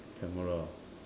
camera ah